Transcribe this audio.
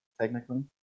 technically